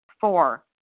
Four